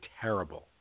terrible